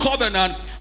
covenant